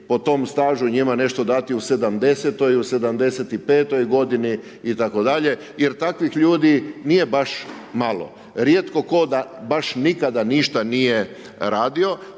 po tom stažu, njima nešto dati u 70-oj, u 75-oj godini itd., jer takvih ljudi nije baš malo, rijetko tko da baš nikada ništa nije radio,